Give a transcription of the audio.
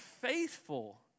faithful